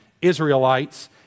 Israelites